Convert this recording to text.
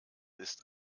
ist